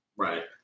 Right